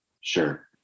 Sure